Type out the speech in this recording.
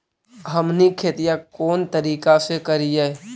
हमनी खेतीया कोन तरीका से करीय?